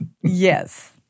Yes